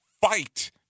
fight